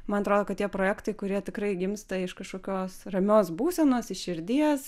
man atrodo kad tie projektai kurie tikrai gimsta iš kažkokios ramios būsenos iš širdies